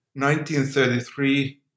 1933